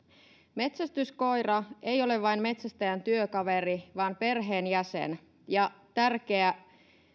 metsästyskoira ei ole vain metsästäjän työkaveri vaan perheenjäsen ja tärkeä